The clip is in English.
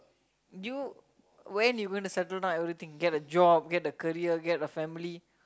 you when you going to settle down everything get a job get a career get a family